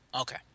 Okay